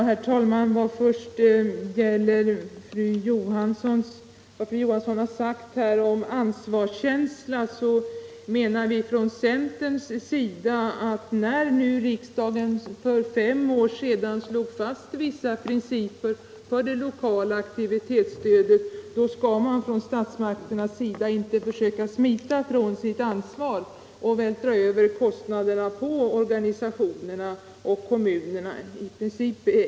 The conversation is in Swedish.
Herr talman! Fru Johansson i Uddevalla talade om ansvarskänsla. Från centerns sida menar vi att när nu riksdagen för fem år sedan slog fast vissa principer för det lokala aktivitetsstödet skall inte statsmakterna försöka smita från sitt ansvar och vältra över kostnaderna på organisationerna och kommunerna.